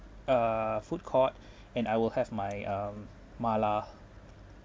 uh food court and I will have my um mala